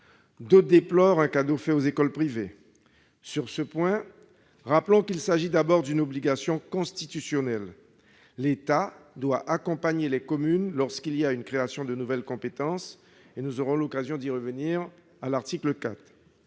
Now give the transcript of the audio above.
D'autres déplorent un cadeau fait aux écoles privées. Sur ce point, rappelons qu'il s'agit d'abord d'une obligation constitutionnelle : l'État doit accompagner les communes lorsqu'il y a création d'une nouvelle compétence. Nous aurons l'occasion d'y revenir à propos de